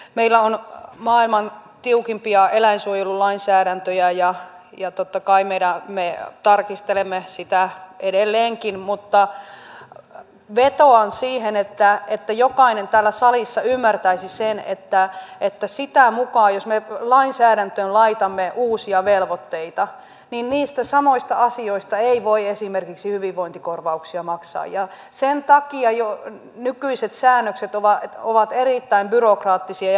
meillä on maailman tiukimpia eläinsuojelulainsäädäntöjä ja totta kai me tarkistelemme sitä edelleenkin mutta vetoan siihen että jokainen täällä salissa ymmärtäisi sen että sitä mukaa kuin me lainsäädäntöön laitamme uusia velvoitteita niistä samoista asioista ei voi esimerkiksi hyvinvointikorvauksia maksaa ja sen takia jo nykyiset säännökset ovat erittäin byrokraattisia ja monimutkaisia